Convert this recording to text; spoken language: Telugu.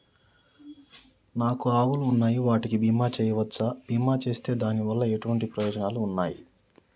నాకు ఆవులు ఉన్నాయి వాటికి బీమా చెయ్యవచ్చా? బీమా చేస్తే దాని వల్ల ఎటువంటి ప్రయోజనాలు ఉన్నాయి?